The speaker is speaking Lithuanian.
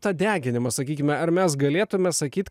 tą deginimą sakykime ar mes galėtume sakyt